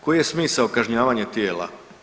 Koji je smisao kažnjavanje tijela?